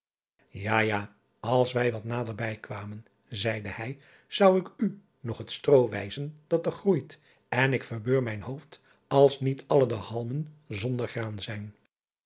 a ja als wij wat nader bij kwamen zeide hij zou ik u nog het stroo wijzen dat er groeit en ik verbeur mijn hoofd als niet alle de halmen zonder graan zijn